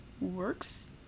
works